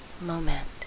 moment